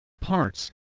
parts